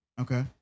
okay